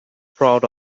proud